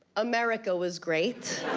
america was great.